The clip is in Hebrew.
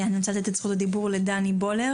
אני רוצה לתת את רשות הדיבור לדני בולר.